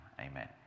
Amen